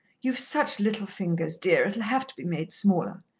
you've such little fingers, dear, it'll have to be made smaller,